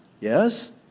Yes